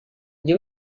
gli